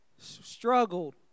Struggled